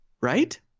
Right